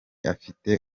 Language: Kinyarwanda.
afite